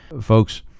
Folks